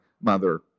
mother